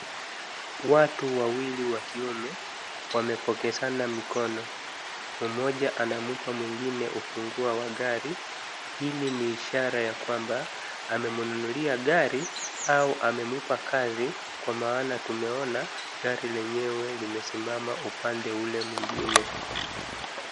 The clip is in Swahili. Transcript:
Watu wawili wakiwa wame, wamepokezana mikono. Mmoja anampa mwingine ufunguo wa gari, hili ni ishara ya kwamba, amemnunulia gari au amempa kazi, kwa maana tumeona, gari lenyewe limesimama upande ule mwingine.